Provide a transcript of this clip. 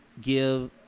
give